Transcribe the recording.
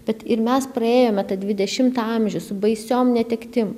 bet ir mes praėjome tą dvidešimtą amžių su baisiom netektim